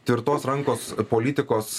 tvirtos rankos politikos